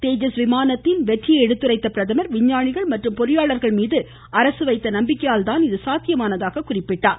தேஜஸ் விமானத்தின் வெற்றியை எடுத்துரைத்த பிரதமர் விஞ்ஞானிகள் மற்றும் பொறியாளர்கள் மீது அரசு வைத்த நம்பிக்கையால் தான் இது சாத்தியமானதாக கூறினார்